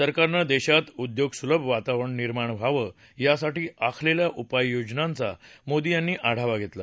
सरकारनं देशात उद्योगसुलभ वातावरण निर्माण व्हावं यासाठी आखलेल्या उपाययोजनांचा मोदी यांनी आढावा घेतला